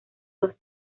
dos